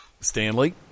Stanley